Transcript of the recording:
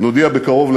נודיע בקרוב,